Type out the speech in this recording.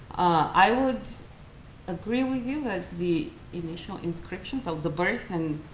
i would agree with you that the initial inscriptions of the birth and,